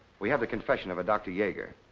we have the confession of a doctor yager.